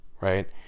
right